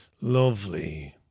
Lovely